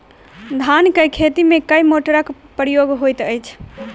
धान केँ खेती मे केँ मोटरक प्रयोग होइत अछि?